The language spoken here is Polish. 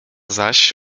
zaś